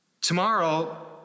Tomorrow